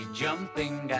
jumping